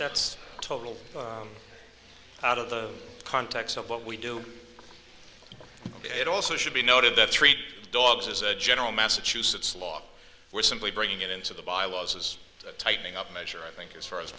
that's totally out of the context of what we do it also should be noted that treat dogs as a general massachusetts law we're simply bringing it into the bylaws is tightening up measure i think as far as